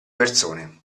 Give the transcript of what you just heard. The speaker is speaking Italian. persone